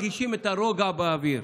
כבר מרגישים את הרוגע באוויר.